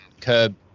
curb